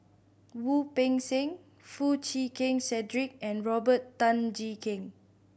Wu Peng Seng Foo Chee Keng Cedric and Robert Tan Jee Keng